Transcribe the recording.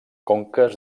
conques